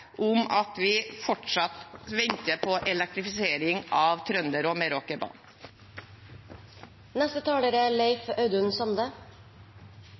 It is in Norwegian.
om at vi fortsatt venter på elektrifisering av Trønder- og Meråkerbanen. No er